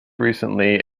recently